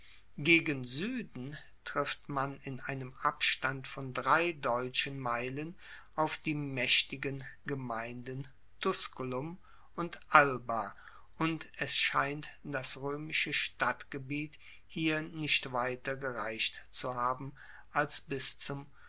gegen sueden trifft man in einem abstand von drei deutschen meilen auf die maechtigen gemeinden tusculum und alba und es scheint das roemische stadtgebiet hier nicht weiter gereicht zu haben als bis zum